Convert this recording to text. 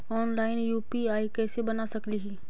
Online UPI कैसे बना सकली ही?